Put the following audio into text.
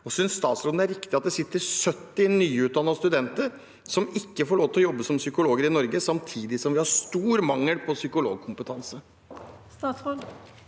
Synes statsråden det er riktig at det sitter 70 nyutdannede som ikke får lov til å jobbe som psykologer i Norge, samtidig som vi har stor mangel på psykologkompetanse?